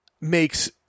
makes